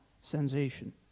sensation